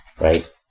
right